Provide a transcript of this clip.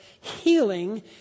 Healing